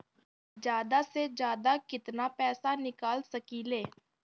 जादा से जादा कितना पैसा निकाल सकईले?